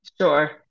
Sure